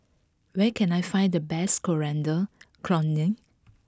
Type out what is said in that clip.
where can I find the best Coriander Chutney